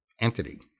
entity